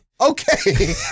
Okay